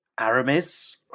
Aramis